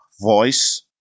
voice